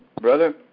brother